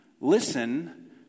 listen